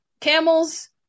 camels